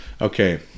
Okay